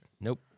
Nope